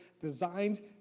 designed